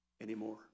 anymore